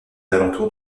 alentours